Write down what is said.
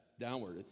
downward